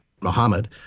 Muhammad